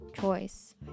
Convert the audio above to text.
choice